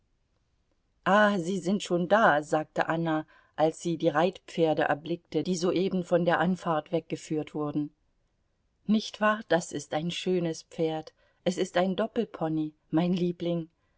ah sie sind schon da sagte anna als sie die reitpferde erblickte die soeben von der anfahrt weggeführt wurden nicht wahr das ist ein schönes pferd es ist ein doppelpony mein liebling